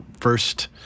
first